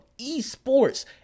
Esports